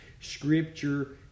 scripture